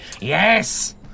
Yes